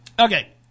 okay